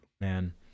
Man